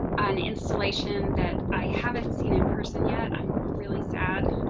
on installation that i haven't seen in person yet. i'm really sad,